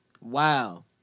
Wow